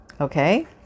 Okay